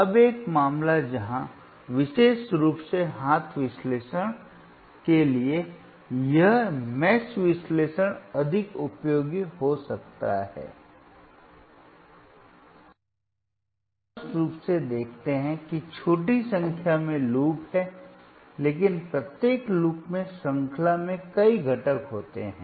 अब एक मामला जहां विशेष रूप से हाथ विश्लेषण के लिए यह जाल विश्लेषण अधिक उपयोगी हो सकता है कि आप स्पष्ट रूप से देखते हैं कि छोटी संख्या में लूप हैं लेकिन प्रत्येक लूप में श्रृंखला में कई घटक होते हैं